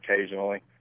occasionally